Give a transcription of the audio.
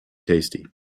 tasty